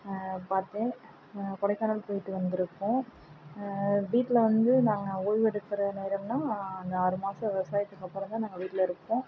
பார்த்தேன் கொடைக்கானல் போயிட்டு வந்திருக்கோம் வீட்டில் வந்து நாங்கள் ஒய்வு எடுக்கிற நேரம்னால் அந்த ஆறு மாதம் விவசாயத்துக்கப்புறம் தான் நாங்கள் வீட்டில் இருப்போம்